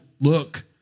look